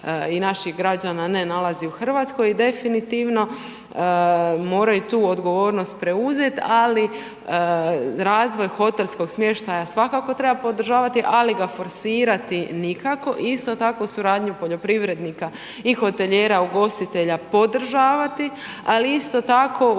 i naših građana ne nalazi u Hrvatskoj i definitivno moraju tu odgovornost preuzeti. Ali razvoj hotelskog smještaja svakako treba podržavati, ali ga forsirati nikako. Isto tako suradnju poljoprivrednika i hotelijera, ugostitelja podržavati. Ali isto tako